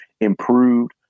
improved